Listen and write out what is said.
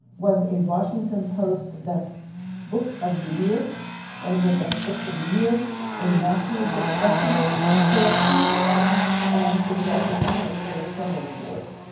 was a washington post best book of the year one of their best books of the year a national book festival selection and it was also a finalist for several awards.